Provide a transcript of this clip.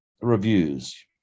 reviews